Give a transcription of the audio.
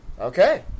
Okay